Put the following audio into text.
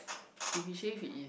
if he shave